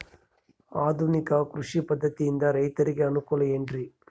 ಆಧುನಿಕ ಕೃಷಿ ಪದ್ಧತಿಯಿಂದ ರೈತರಿಗೆ ಅನುಕೂಲ ಏನ್ರಿ?